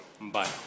Bye